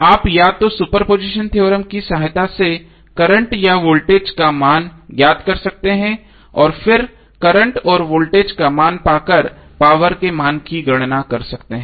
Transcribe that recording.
आप या तो सुपरपोजिशन थ्योरम की सहायता से करंट या वोल्टेज का मान ज्ञात कर सकते हैं और फिर करंट और वोल्टेज का मान पाकर पावर के मान की गणना कर सकते हैं